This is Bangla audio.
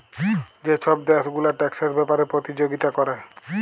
যে ছব দ্যাশ গুলা ট্যাক্সের ব্যাপারে পতিযগিতা ক্যরে